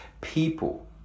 people